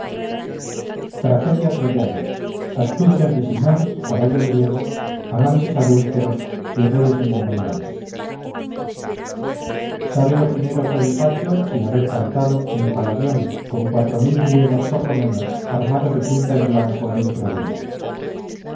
tragedia troyana astucias de sinón caballo griego amantes adúlteros y reyes endemoniados sale lo primero por el patio sin haber cantado el paladión con cuatro mil griegos por lo menos armados de punta en blanco dentro dél